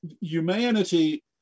humanity